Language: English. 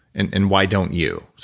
and and why don't you,